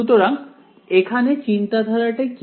সুতরাং এখানে চিন্তাধারাটা কি